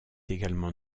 également